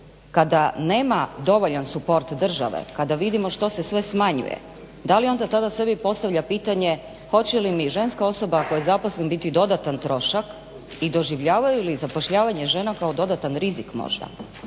kada nema dovoljan suport države, kada vidimo što se sve smanjuje da li onda tada sebi postavlja pitanje hoće li mi ženska osoba ako je zaposlen biti dodatan trošak i doživljavaju li zapošljavanje žena dodatan rizik možda.